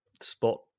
spot